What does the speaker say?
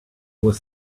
was